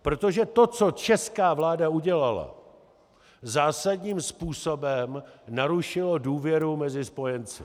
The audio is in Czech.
Protože to, co česká vláda udělala, zásadním způsobem narušilo důvěru mezi spojenci.